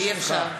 אי-אפשר.